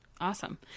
Awesome